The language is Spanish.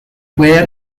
puede